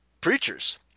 preachers